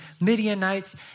Midianites